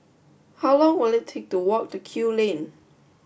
how long will it take to walk to Kew Lane